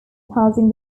passing